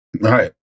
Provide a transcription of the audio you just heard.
Right